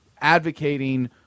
advocating